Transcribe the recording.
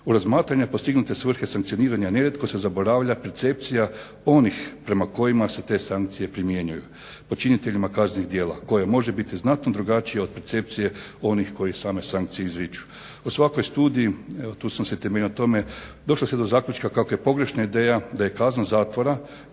u razmatranju postignute svrhe sankcioniranja nerijetko se zaboravlja percepcija onih prema kojima se te sankcije primjenjuju. počiniteljima kaznenih djela koja može biti znatno drugačija od percepcije onih koji same sankcije izriču. U svakoj studiji evo tu sam se temeljio na tome došlo se do zaključka kako je pogrešna ideja da je kazna zatvora